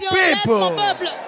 people